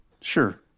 Sure